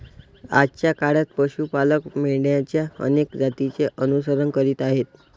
आजच्या काळात पशु पालक मेंढरांच्या अनेक जातींचे अनुसरण करीत आहेत